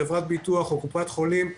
חברת ביטוח או קופת חולים,